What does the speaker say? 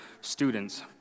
students